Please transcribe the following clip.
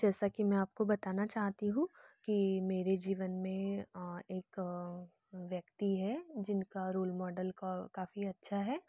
जैसा कि मैं आपको बताना चाहती हूँ कि मेरे जीवन में एक व्यक्ति है जिनका रोल मॉडल क काफ़ी अच्छा है